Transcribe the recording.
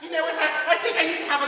you know how